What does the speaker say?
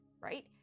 right